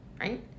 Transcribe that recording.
right